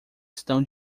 estão